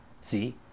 See